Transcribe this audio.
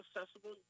accessible